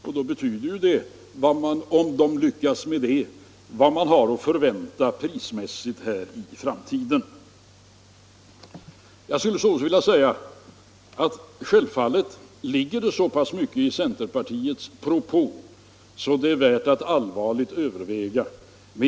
Om så blir fallet betyder det att vi har att vänta prishöjningar i framtiden. Jag skulle också vilja säga att det ligger så pass mycket i centerpartiets propå att den är värd ett övervägande.